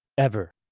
ever.